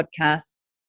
Podcasts